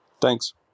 Thanks